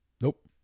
Nope